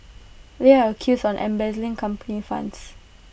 they are accused on embezzling company funds